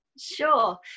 Sure